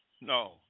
No